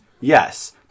Yes